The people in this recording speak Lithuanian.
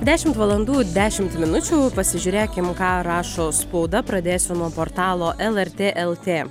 dešimt valandų dešimt minučių pasižiūrėkim ką rašo spauda pradėsiu nuo portalo lrt lt